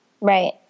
Right